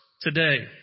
today